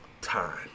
time